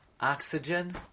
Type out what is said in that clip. oxygen